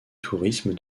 tourisme